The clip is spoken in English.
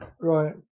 Right